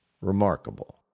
Remarkable